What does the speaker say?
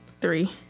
three